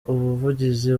ubuvugizi